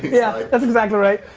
yeah, that's exactly right.